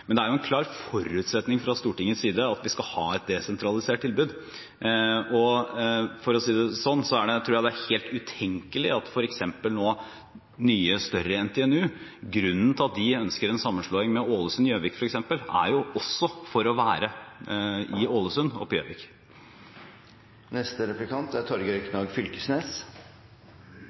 Men det er jo en klar forutsetning fra Stortingets side at vi skal ha et desentralisert tilbud. Og – for å si det sånn – grunnen til at f.eks. nye, større NTNU nå ønsker en sammenslåing med Ålesund og Gjøvik, er også for å være i Ålesund og på Gjøvik. Nobelprisvinnar Edvard Moser åtvarar mot ei utvikling mot meir resultatfinansiering av forsking. Kva er